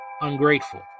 ungrateful